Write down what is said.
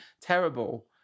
terrible